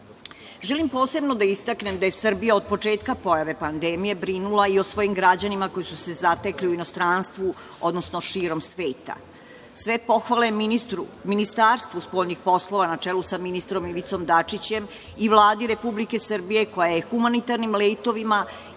posebno da istaknem da je Srbija od početka pojave pandemije brinula i o svojim građanima koji su se zatekli u inostranstvu, odnosno širom sveta. Sve pohvale ;inistarstvu spoljnih poslova na čelu sa ministrom Ivicom Dačićem i Vladi Republike Srbije koja je humanitarnim letovima i